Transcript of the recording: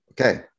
okay